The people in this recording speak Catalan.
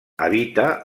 habita